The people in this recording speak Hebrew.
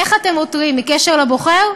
איך אתם עותרים, מקשר לבוחר?